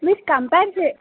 మీరు కంపేర్ చే